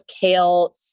kale